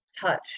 touch